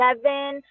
Seven